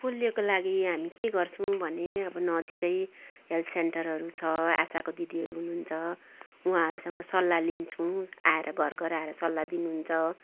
पोलियोको लागि हामी के गर्छौँ भने अब नजिकै हेल्थ सेन्टरहरू छ आशाको दिदीहरू हुनुहुन्छ उहाँहरूसँग सल्लाह लिन्छौँ आएर घर घर आएर सल्लाह दिनुहुन्छ